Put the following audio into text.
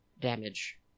damage